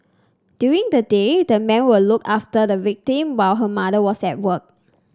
during the day the man would look after the victim while her mother was at work